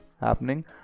happening